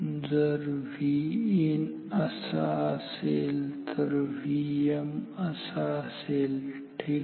जर Vin असा असेल तर Vm असा असेल ठीक आहे